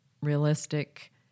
realistic